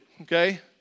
Okay